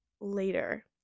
later